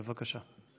בבקשה.